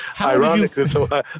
Ironically